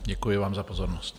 Děkuji vám za pozornost.